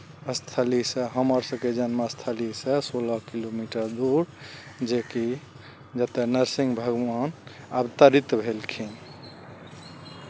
स्थलीसँ हमर सभके जन्म स्थलीसँ सोलह किलोमीटर दूर जेकि जतय नरसिंह भगवान अवतरित भेलखिन